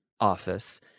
Office